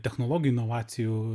technologijų inovacijų